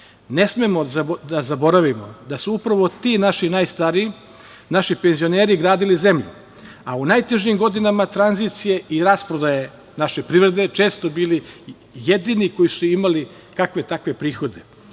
Ne smemo da zaboravimo da su upravo ti naši najstariji, naši penzioneri gradili zemlju, a u najtežim godinama tranzicije i rasprodaje naše privrede često bili jedini koji su imali kakve takve prihode